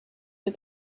for